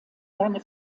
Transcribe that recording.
seine